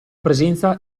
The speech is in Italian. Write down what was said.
presenza